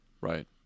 Right